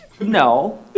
No